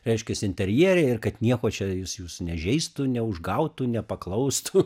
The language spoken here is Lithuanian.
reiškiasi interjere ir kad nieko čia jūs jūsų nežeistų neužgautų nepaklaustų